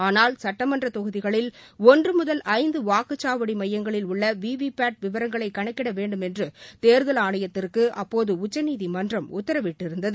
ஆனால் சுட்டமன்ற தொகுதிகளில் ஒன்று முதல் ஐந்து வாக்குச்சாவடி மையங்களில் உள்ள விவிபேட் விவரங்களை கணக்கிட வேண்டும் என்று தேர்தல் ஆணையத்திற்கு அப்போது உச்சநீதிமன்றம் உத்தரவிட்டிருந்தது